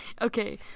okay